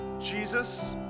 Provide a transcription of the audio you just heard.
Jesus